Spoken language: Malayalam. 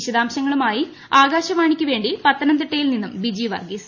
വിശദാംശങ്ങളുമായി ആകാശവാണിക്കൂപ്പേണ്ടി പത്തനംതിട്ടയിൽ നിന്നും ബിജി വർഗ്ഗീസ്